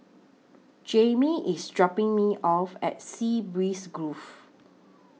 Jamie IS dropping Me off At Sea Breeze Grove